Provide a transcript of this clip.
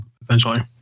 Essentially